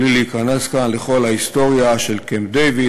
בלי להיכנס כאן לכל ההיסטוריה של קמפ-דייוויד,